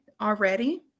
already